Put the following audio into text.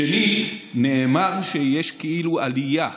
שנית, נאמר שיש כאילו עלייה,